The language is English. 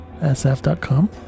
sf.com